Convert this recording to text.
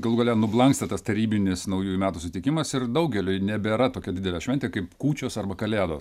galų gale nublanksta tas tarybinis naujųjų metų sutikimas ir daugeliui nebėra tokia didelė šventė kaip kūčios arba kalėdos